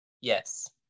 Yes